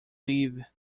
live